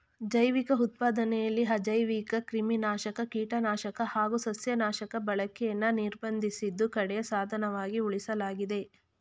ಜೈವಿಕ ಉತ್ಪಾದನೆಲಿ ಅಜೈವಿಕಕ್ರಿಮಿನಾಶಕ ಕೀಟನಾಶಕ ಹಾಗು ಸಸ್ಯನಾಶಕ ಬಳಕೆನ ನಿರ್ಬಂಧಿಸಿದ್ದು ಕಡೆಯ ಸಾಧನವಾಗಿ ಉಳಿಸಲಾಗಿದೆ